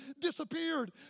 disappeared